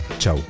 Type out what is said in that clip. Ciao